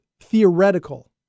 theoretical